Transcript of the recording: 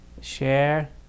Share